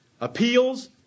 appeals